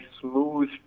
smooth